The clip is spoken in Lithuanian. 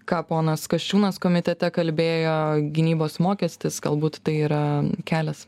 ką ponas kasčiūnas komitete kalbėjo gynybos mokestis galbūt tai yra kelias